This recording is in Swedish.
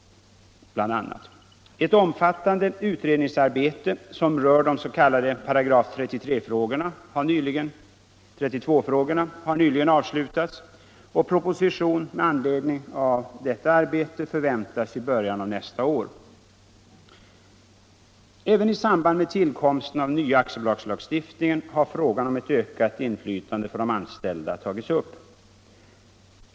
Ett omfattande utredningsarbete som rör de s.k. § 32-frågorna har nyligen avslutats, och en proposition med anledning av detta arbete förväntas i början av nästa år. Även i samband med tillkomsten av den 59 nya aktiebolagslagen har frågan om ett ökat inflytande för de anställda tagits upp.